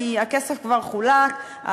כי הכסף כבר חולק,